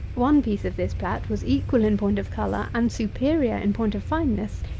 one piece of this plat was equal in point of colour, and superior in point of fineness,